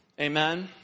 Amen